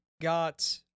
got